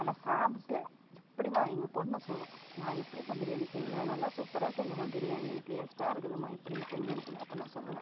ஆனால் சாப்பிட்டு எப்படிமா எங்கள் பெண்ணு சொல்லும் மா எப்படிமா பிரியாணி செஞ்சே நல்லா சூப்பராகமா செஞ்சேமா பிரியாணி டேஸ்டாயிருக்குதும்மா எப்படி செஞ்சேன்னு சொல் அப்போ நான் சொல்வேன்